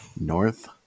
North